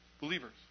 believers